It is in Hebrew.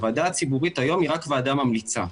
הוועדה הציבורית היום היא רק ועדה ממליצה.